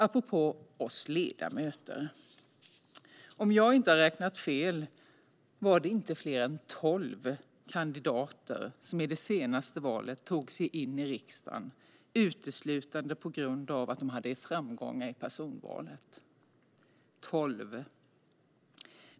Apropå oss ledamöter var det, om jag inte har räknat fel, inte fler än tolv kandidater som i det senaste valet tog sig in i riksdagen uteslutande på grund av att de hade framgångar i personvalet.